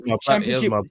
championship